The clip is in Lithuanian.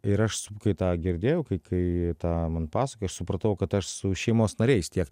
ir aš kai tą girdėjau kai kai tą man pasakojo aš supratau kad aš su šeimos nariais tiek